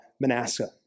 Manasseh